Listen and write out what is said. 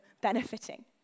benefiting